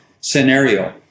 scenario